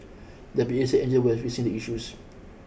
the P A said were fixing the issues